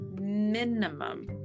minimum